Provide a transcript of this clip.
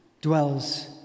dwells